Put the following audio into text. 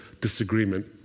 disagreement